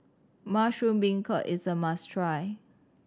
mushroom beancurd is a must try